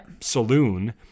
saloon